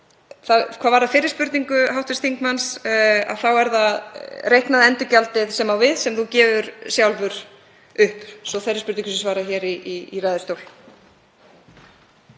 Varðandi fyrri spurningu hv. þingmanns er það reiknaða endurgjaldið sem á við sem þú gefur sjálfur upp, svo að þeirri spurningu sé svarað hér í ræðustól.